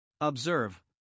Observe